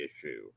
issue